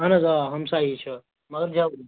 اَہن حظ آ ہَمسایی چھُ مگر جلدی